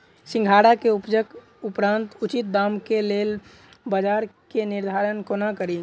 सिंघाड़ा केँ उपजक उपरांत उचित दाम केँ लेल बजार केँ निर्धारण कोना कड़ी?